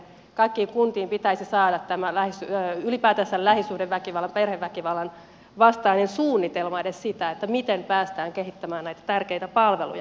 kaikkiin kuntiin pitäisi saada ylipäätänsä edes tämä lähisuhdeväkivallan perheväkivallan vastainen suunnitelma siitä miten päästään kehittämään näitä tärkeitä palveluja